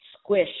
squish